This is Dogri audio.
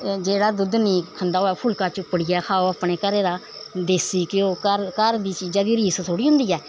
जेह्ड़ा दुद्ध नेईं खंदा होऐ फुल्का चुप्पड़ियै खाओ अपने घरै दा देस्सी घ्यो घरघर दी चीजां दी रीस थोह्ड़े होंदी ऐ